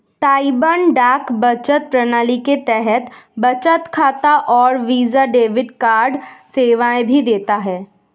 Taiwan डाक बचत प्रणाली के तहत बचत खाता और वीजा डेबिट कार्ड सेवाएं भी देता है